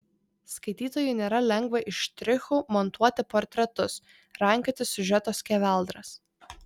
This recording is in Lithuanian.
skaitytojui nėra lengva iš štrichų montuoti portretus rankioti siužeto skeveldras